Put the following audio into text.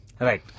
Right